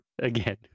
again